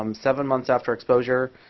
um seven months after exposure,